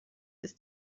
ist